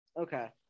Okay